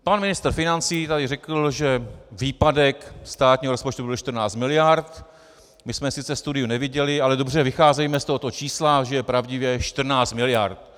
Pan ministr financí tady řekl, že výpadek státního rozpočtu by byl 14 miliard, my jsme sice studii neviděli, ale dobře, vycházejme z tohoto čísla, že je pravdivé, 14 miliard.